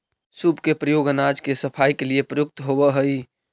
सूप के प्रयोग अनाज के सफाई के लिए प्रयुक्त होवऽ हई